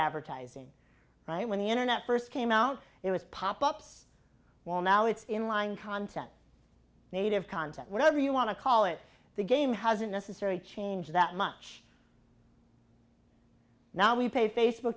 advertising right when the internet first came out it was pop ups well now it's inline content native content whatever you want to call it the game hasn't necessarily change that much now we pay fa